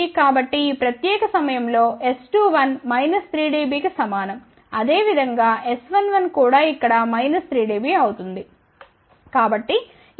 కాబట్టి ఈ ప్రత్యేక సమయంలో S21 మైనస్ 3 dB కి సమానం అదే విధంగా S11 కూడా ఇక్కడ మైనస్ 3 dBఅవుతుంది